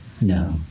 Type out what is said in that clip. No